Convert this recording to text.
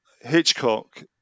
Hitchcock